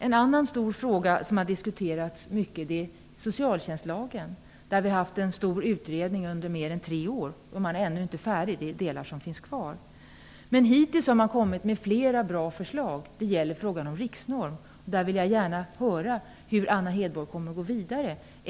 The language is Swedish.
En annan stor fråga som har diskuterats mycket gäller socialtjänstlagen. Där har vi ju haft en stor utredning som pågått i mer än tre år. Man är ännu inte färdig. Vissa delar återstår. Men hittills har man kommit med flera bra förslag. Det gäller då frågan om en riksnorm. Där vill jag gärna ha besked om hur Anna Hedborg kommer att gå vidare.